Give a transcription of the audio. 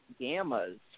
gammas